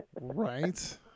Right